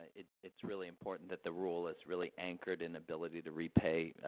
it it's really important that the rule is really anchored in ability to repay. ah,